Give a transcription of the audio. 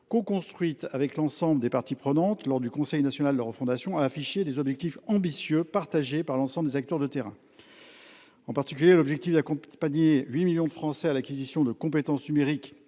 coconstruite avec l’ensemble des parties prenantes, lors du Conseil national de la refondation, a affiché des objectifs ambitieux partagés par l’ensemble des acteurs de terrain. L’objectif d’accompagner 8 millions de Français à l’acquisition de compétences numériques